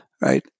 right